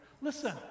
listen